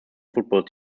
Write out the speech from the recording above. football